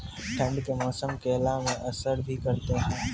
ठंड के मौसम केला मैं असर भी करते हैं?